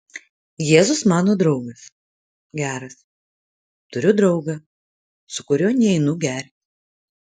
jėzus mano draugas geras turiu draugą su kuriuo neinu gerti